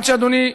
עד שאדוני,